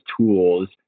tools